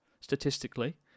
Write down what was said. statistically